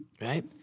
right